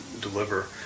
deliver